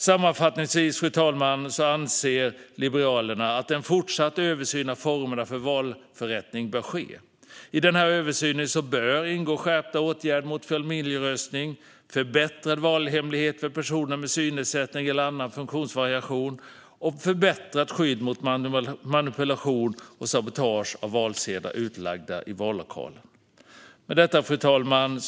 Sammanfattningsvis, fru talman, anser Liberalerna att en fortsatt översyn av formerna för valförrättning bör ske. I översynen bör ingå skärpta åtgärder mot familjeröstning, förbättrad valhemlighet för personer med synnedsättning eller annan funktionsvariation och förbättrat skydd mot manipulation och sabotage av valsedlar utlagda i vallokalen. Fru talman!